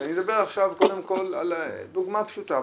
אז אני מדבר עכשיו קודם כל דוגמה פשוטה,